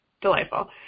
delightful